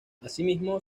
asimismo